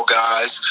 guys